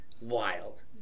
wild